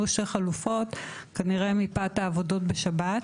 שתי חלופות כנראה מפאת העבודות בשבת,